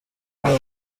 umwe